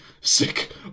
sick